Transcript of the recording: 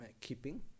keeping